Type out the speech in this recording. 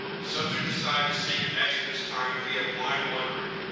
subject decided to seek an exit this time via blind wandering.